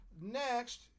Next